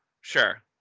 sure